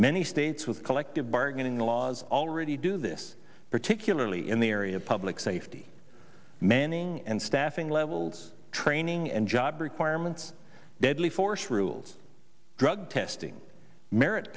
many states with collective bargaining laws already do this particularly in the area of public safety manning and staffing levels training and job requirements deadly force rules drug testing merit